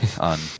on